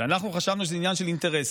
כשאנחנו חשבנו שזה עניין של אינטרסים,